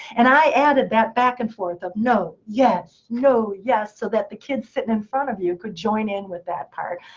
and i added that back and forth of no, yes, no, yes. so that the kids sitting in front of you could join in with that part.